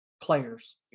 players